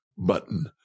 button